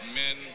men